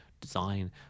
design